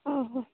ଓହୋ